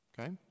Okay